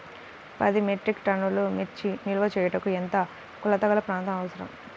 పది మెట్రిక్ టన్నుల మిర్చి నిల్వ చేయుటకు ఎంత కోలతగల ప్రాంతం అవసరం?